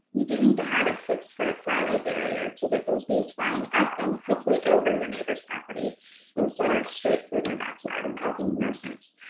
you do need to have a six foot flyaway barrier to get those bees flying up and hopefully over your neighbor's property instead of straight through their backyard and causing nuisance.